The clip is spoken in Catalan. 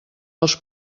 els